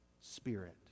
spirit